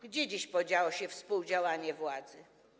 Gdzie dziś podziało się współdziałanie władz?